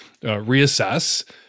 reassess